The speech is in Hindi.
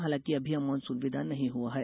हालांकि अभी मानसून विदा नहीं हुआ है